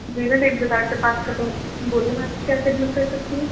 جی میں بگ بازار سے بات کر رہی ہوں بولیے میں آپ کی کیا خدمت کر سکتی ہوں